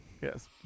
Yes